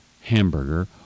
hamburger